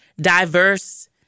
diverse